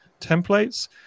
templates